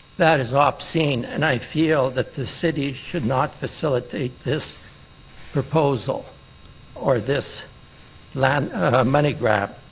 that is obscene, and i feel that the city should not facilitate this proposal or this land money grab.